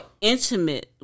intimate